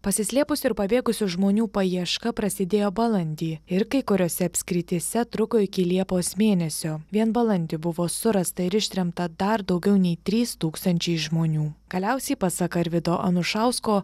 pasislėpusių ir pabėgusių žmonių paieška prasidėjo balandį ir kai kuriose apskrityse truko iki liepos mėnesio vien balandį buvo surasta ir ištremta dar daugiau nei trys tūkstančiai žmonių galiausiai pasak arvydo anušausko